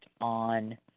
on